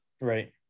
Right